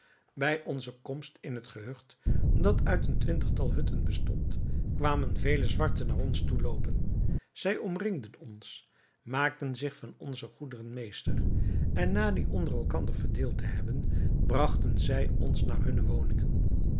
bij onze komst in het gehucht dat uit een twintigtal hutten bestond kwamen vele zwarten naar ons toeloopen zij omringden ons maakten zich van onze goederen meester en na die onder elkander verdeeld te hebben bragten zij ons naar hunne woningen